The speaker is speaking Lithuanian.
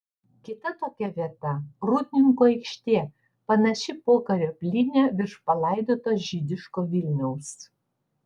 kita tokia vieta rūdninkų aikštė panaši pokario plynė virš palaidoto žydiško vilniaus